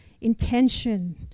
intention